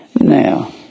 Now